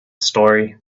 story